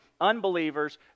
unbelievers